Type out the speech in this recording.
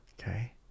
okay